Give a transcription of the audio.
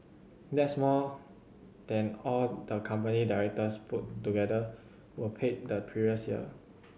that's more than all the company directors put together were paid the previous year